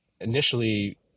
initially